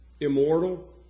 immortal